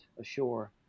ashore